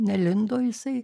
nelindo jisai